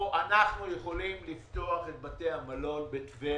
אנחנו יכולים לפתוח את בתי המלון בטבריה.